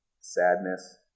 sadness